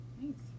Thanks